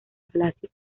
palacio